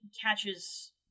catches